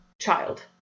child